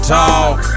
talk